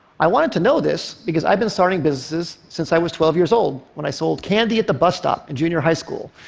i wanted to know this because i've been starting businesses since i was twelve years old when i sold candy at the bus stop in junior high school,